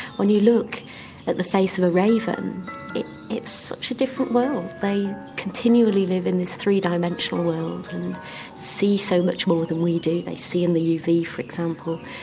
when you look at the face of a raven it's such a different world, they continually live in this three dimensional world and see so much more than we do they see in the uv for example,